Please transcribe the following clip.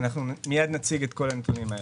מיד נציג את כל הנתונים האלה.